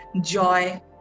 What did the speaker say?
joy